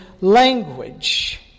language